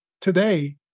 today